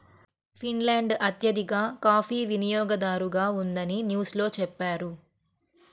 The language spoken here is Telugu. ఫిన్లాండ్ అత్యధిక కాఫీ వినియోగదారుగా ఉందని న్యూస్ లో చెప్పారు